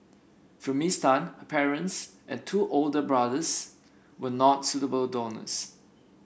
for Miss Tan her parents and two older brothers were not suitable donors